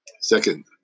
second